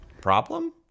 Problem